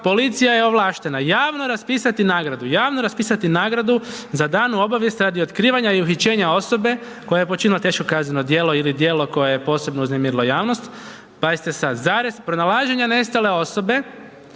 policija je ovlaštena javno raspisati nagradu za danu obavijest radi otkrivanja i uhićenja osobe koja je počinila teško kazneno djelo ili djelo koje je posebno uznemirilo javnost, pazite sad, zarez, pronalaženje nestale osobe